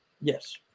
Yes